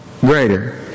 greater